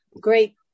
great